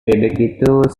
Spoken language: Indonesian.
itu